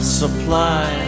supply